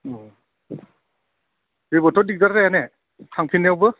अ जेबोथ' दिगदार जायाने थांफिननायावबो